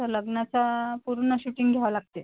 तर लग्नाचा पूर्ण शूटिंग घ्यावं लागत आहे